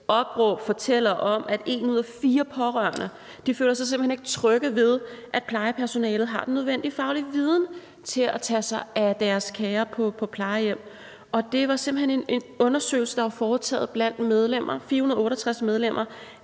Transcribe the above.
opråb fortæller om, at en ud af fire pårørende simpelt hen ikke føler sig trygge ved, at plejepersonalet har den nødvendige faglige viden til at tage sig af deres kære, som er på plejehjem. Det var en undersøgelse, der var foretaget blandt 468 medlemmer